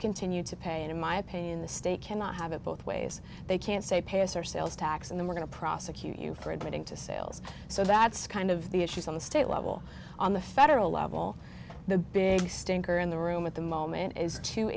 continue to pay in my opinion the state cannot have it both ways they can't say pass our sales tax and then we're going to prosecute you for admitting to sales so that's kind of the issues on the state level on the federal level the big stinker in the room at the moment is t